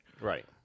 Right